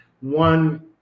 one